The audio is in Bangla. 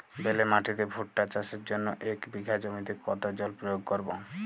বেলে মাটিতে ভুট্টা চাষের জন্য এক বিঘা জমিতে কতো জল প্রয়োগ করব?